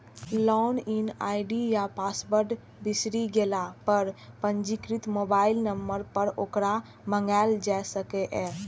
log in ID या password बिसरि गेला पर पंजीकृत मोबाइल नंबर पर ओकरा मंगाएल जा सकैए